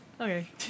Okay